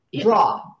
Draw